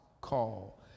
call